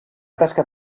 tasca